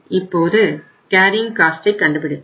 இப்போது கேரியிங் காஸ்ட்டை கண்டுபிடிப்போம்